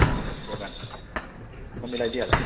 हुन्छ दोकानमा म मिलाइदिइहाल्छु